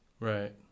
Right